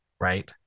Right